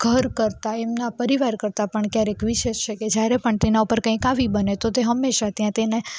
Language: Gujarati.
ઘર કરતાં એમના પરિવાર કરતાં પણ ક્યારેક વિશેષ છે કે જ્યારે પણ તેનાં ઉપર કંઈક આવી બને તો હંમેશા ત્યાં તેને